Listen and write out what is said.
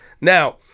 Now